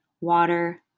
water